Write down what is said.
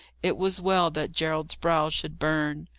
it was well that gerald's brow should burn.